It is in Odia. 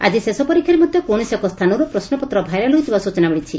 ଆକି ଶେଷ ପରୀକ୍ଷାରେ ମଧ୍ଧ କୌଶସି ଏକ ସ୍ତାନରୁ ପ୍ରଶ୍ରପତ୍ର ଭାଇରାଲ୍ ହୋଇଥିବା ସ୍ଚନା ମିଳିଛି